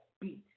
beat